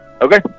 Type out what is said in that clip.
Okay